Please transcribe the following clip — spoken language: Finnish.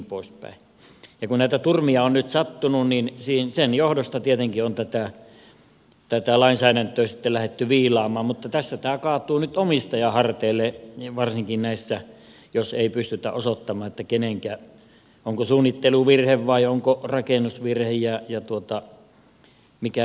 ja kun näitä turmia on nyt sattunut niin sen johdosta tietenkin on tätä lainsäädäntöä sitten lähdetty viilaamaan mutta tässä tämä kaatuu nyt omistajan harteille varsinkin näissä joissa ei pystytä osoittamaan onko suunnitteluvirhe vai onko rakennusvirhe ja mikä milloinkin